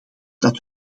dat